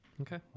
Okay